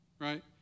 Right